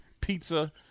Pizza